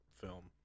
film